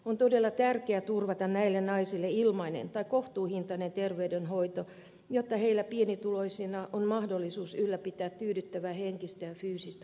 on todella tärkeää turvata näille naisille ilmainen tai kohtuuhintainen terveydenhoito jotta heillä pienituloisina on mahdollisuus ylläpitää tyydyttävää henkistä ja fyysistä kuntoa